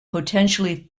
potentially